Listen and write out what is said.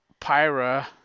Pyra